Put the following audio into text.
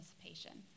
participation